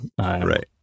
Right